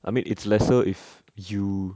I mean it's lesser if you